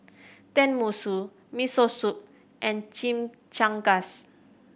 Tenmusu Miso Soup and Chimichangas